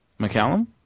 McCallum